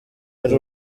ari